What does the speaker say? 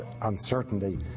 uncertainty